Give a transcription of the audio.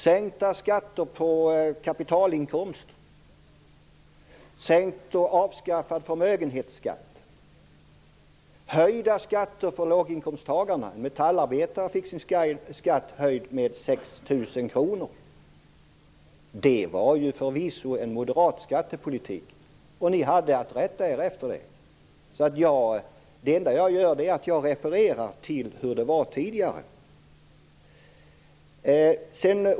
Sänkta skatter på kapitalinkomster, sänkt och även avskaffad förmögenhetsskatt och höjda skatter för låginkomsttagare - en Metallarbetare fick ju sin skatt höjd med 6 000 kr - var förvisso moderat skattepolitik som ni hade att rätta er efter. Jag refererar bara till hur det tidigare var.